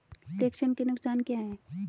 प्रेषण के नुकसान क्या हैं?